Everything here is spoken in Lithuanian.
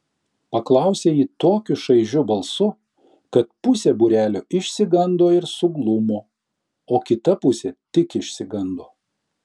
paklausė ji tokiu šaižiu balsu kad pusė būrelio išsigando ir suglumo o kita pusė tik išsigando